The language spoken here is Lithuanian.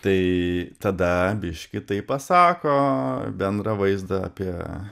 tai tada biškį tai pasako bendrą vaizdą apie